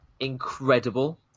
incredible